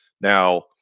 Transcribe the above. now